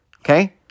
okay